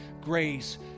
grace